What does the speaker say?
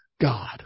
God